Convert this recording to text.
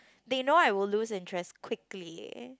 they know I will lose interest quickly